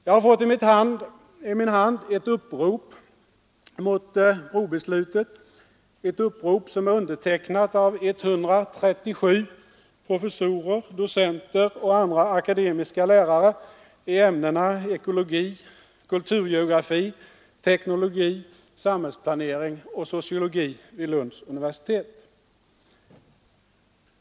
Jag har fått i min hand ett upprop mot brobeslutet, ett upprop som är undertecknat av 137 professorer, docenter och andra akademiska lärare i ämnena ekologi, kulturgeografi, teknologi, samhällsplanering och sociologi vid Lunds universitet.